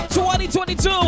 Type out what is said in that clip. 2022